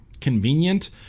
convenient